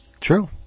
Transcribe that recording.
true